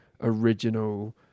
original